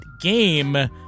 game